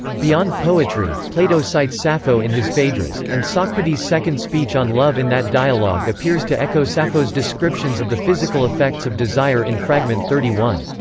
beyond poetry, plato cites sappho in his phaedrus, and socrates' second speech on love in that dialogue appears to echo sappho's descriptions of the physical effects of desire in fragment thirty one.